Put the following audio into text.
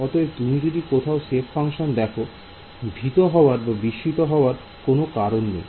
অতএব তুমি যদি কোথায় সেপ ফাংশন দেখো ভিসিত হওয়ার কোনো কারণ নেই